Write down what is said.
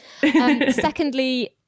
secondly